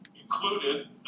included